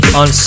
on